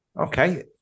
Okay